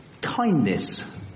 kindness